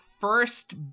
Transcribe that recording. first